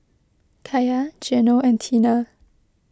Kaia Geno and Teena